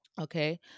Okay